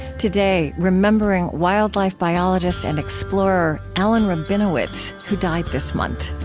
today, remembering wildlife biologist and explorer alan rabinowitz, who died this month